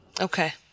Okay